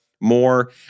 more